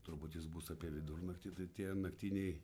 turbūt jis bus apie vidurnaktį tai tie naktiniai